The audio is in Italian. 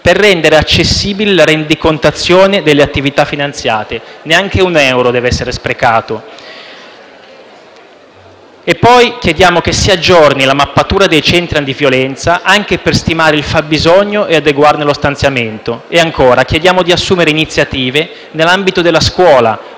per rendere accessibile la rendicontazione delle attività finanziate: neanche un euro deve essere sprecato. Chiediamo poi che si aggiorni la mappatura dei centri antiviolenza, anche per stimare il fabbisogno e adeguarne lo stanziamento. E ancora: chiediamo di assumere iniziative nell'ambito della scuola,